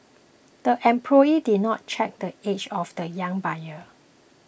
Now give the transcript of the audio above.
the employee did not check the age of the young buyer